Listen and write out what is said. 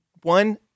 one